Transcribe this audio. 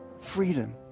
freedom